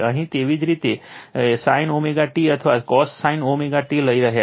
અહીં તેવી જ રીતે sin ω t અથવા cosine ω t લઈ રહ્યા છીએ